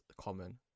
common